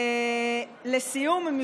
לסיום,